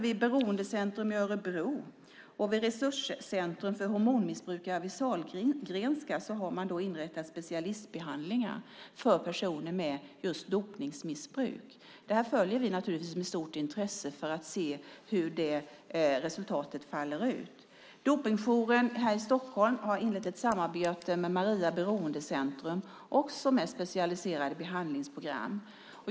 Vid Beroendecentrum i Örebro och vid Resurscentrum för hormonmissbrukare vid Sahlgrenska har man till exempel inrättat specialistbehandlingar för personer med just dopningsmissbruk. Vi följer detta med stort intresse för att se hur det resultatet faller ut. Dopingjouren här i Stockholm har inlett ett samarbete med Maria Beroendecentrum som också handlar om specialiserade behandlingsprogram.